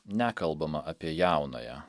nekalbama apie jaunąją